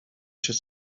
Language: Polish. się